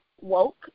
woke